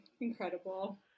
incredible